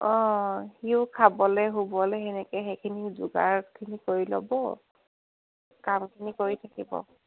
অঁ সিও খাবলৈ শুবলৈ সেনেকৈ সেইখিনি যোগাৰখিনি কৰি ল'ব কামখিনি কৰি থাকিব